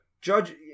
Judge